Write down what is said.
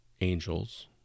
angels